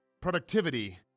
productivity